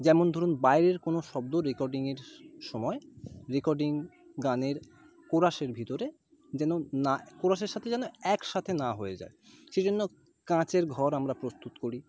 যেমন ধরুন বাইরের কোনও শব্দ রেকর্ডিংয়ের সময় রেকর্ডিং গানের কোরাসের ভিতরে যেন না কোরাসের সাথে যেন একসাথে না হয়ে যায় সেই জন্য কাঁচের ঘর আমরা প্রস্তুত করি